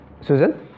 Susan